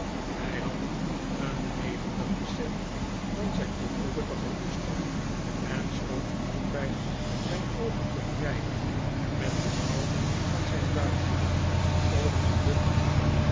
hij had een levendig besef van zijn ongelukkigen toestand en stond altijd zijn oogen te wrijven met de mouw van zijn buisje of gebukt